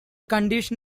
condition